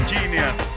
Genius